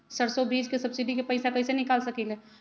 सरसों बीज के सब्सिडी के पैसा कईसे निकाल सकीले?